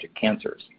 cancers